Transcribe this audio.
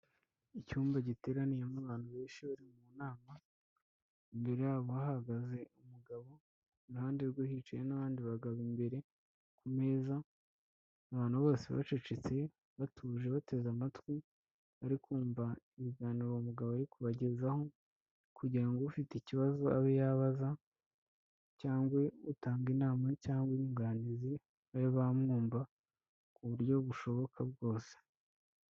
Icyumba giteraniyemo abantu benshi bari mu nama imbere yabo hahagaze umugabo, iruhande rwe hicaye n'abandi bagabo imbere ku meza abantu bose bacecetse batuje bateze amatwi, bari kumva ibiganiro uwo mugabo ari kubagezaho kugira ufite ikibazo abe yabaza cyangwe utanga inama cyangwe inyunganizi nayo bamwumva ku buryo bushoboka bwose.